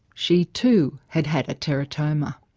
she too had had a teratoma.